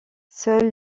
seul